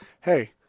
Hey